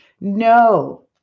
No